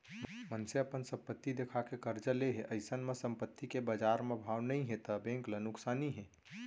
मनसे अपन संपत्ति देखा के करजा ले हे अइसन म संपत्ति के बजार म भाव नइ हे त बेंक ल नुकसानी हे